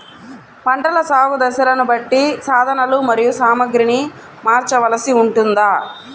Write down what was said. పంటల సాగు దశలను బట్టి సాధనలు మరియు సామాగ్రిని మార్చవలసి ఉంటుందా?